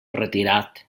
retirat